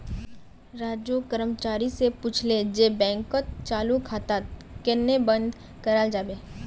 राजू कर्मचारी स पूछले जे बैंकत चालू खाताक केन न बंद कराल जाबे